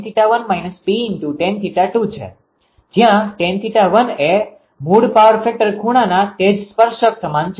જ્યાં tan𝜃1 એ મૂળ પાવર ફેક્ટર ખૂણાના તે જ સ્પર્શક સમાન છે